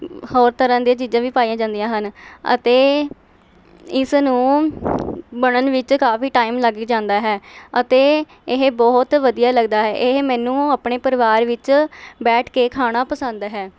ਹੋਰ ਤਰ੍ਹਾਂ ਦੀਆਂ ਚੀਜ਼ਾਂ ਵੀ ਪਾਈਆਂ ਜਾਂਦੀਆਂ ਹਨ ਅਤੇ ਇਸ ਨੂੰ ਬਣਨ ਵਿੱਚ ਕਾਫੀ ਟਾਈਮ ਲੱਗ ਜਾਂਦਾ ਹੈ ਅਤੇ ਇਹ ਬਹੁਤ ਵਧੀਆ ਲੱਗਦਾ ਹੈ ਇਹ ਮੈਨੂੰ ਆਪਣੇ ਪਰਿਵਾਰ ਵਿੱਚ ਬੈਠ ਕੇ ਖਾਣਾ ਪਸੰਦ ਹੈ